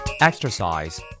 Exercise